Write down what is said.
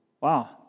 Wow